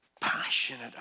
passionate